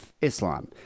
Islam